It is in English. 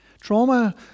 Trauma